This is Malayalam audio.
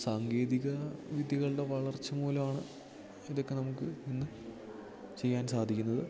സാങ്കേതിക വിദ്യകളുടെ വളർച്ച മൂലമാണ് ഇതൊക്കെ നമുക്ക് ഇന്ന് ചെയ്യാൻ സാധിക്കുന്നത്